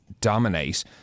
dominate